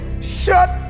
Shut